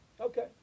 Okay